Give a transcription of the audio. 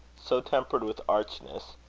so tempered with archness,